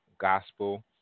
Gospel